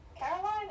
caroline